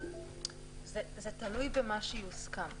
זה תלוי במה שיוסכם.